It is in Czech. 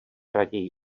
raději